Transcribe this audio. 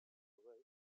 welsh